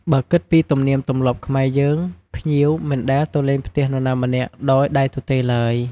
បើគិតពីទំនៀមទម្លាប់ខ្មែរយើង ភ្ញៀវមិនដែលទៅលេងផ្ទះនរណាម្នាក់ដោយដៃទទេឡើយ។